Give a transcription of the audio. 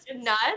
nuts